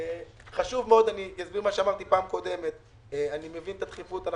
אני מבין את הדחיפות,